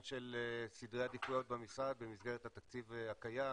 של סדרי עדיפויות במשרד במסגרת התקציב הקיים